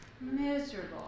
Miserable